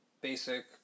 basic